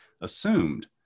assumed